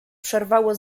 przerwało